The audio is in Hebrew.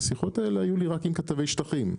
השיחות האלה היו לי רק עם כתבי שטחים.